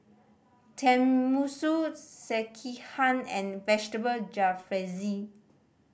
Tenmusu Sekihan and Vegetable Jalfrezi